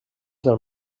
del